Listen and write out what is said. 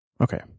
Okay